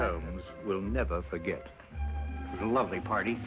holmes will never forget the lovely parties